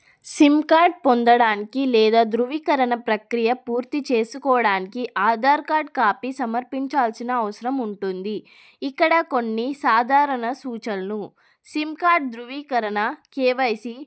SIM card పొందడానికి లేదా ధ్రువీకరణ ప్రక్రియ పూర్తి చేసుకోవడానికి ఆధార్ కార్డ్ కాపీ సమర్పించాల్సిన అవసరం ఉంటుంది ఇక్కడ కొన్ని సాధారణ సూచనలు సిమ్ కార్డ్ దృవీకరణ కేవైసీ